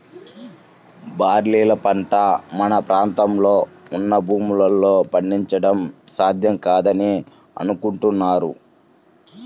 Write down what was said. barley పంట మన ప్రాంతంలో ఉన్న భూముల్లో పండించడం సాధ్యం కాదని అనుకుంటున్నాను